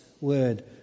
word